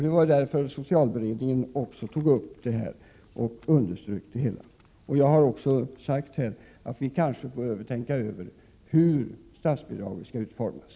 Detta har också understrukits av socialberedningen. Jag har vidare sagt att vi kanske får tänka över hur statsbidragen skall utformas.